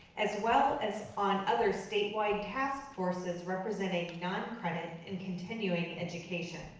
as well as on other statewide task forces representing non-credit and continuing education.